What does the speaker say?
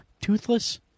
Toothless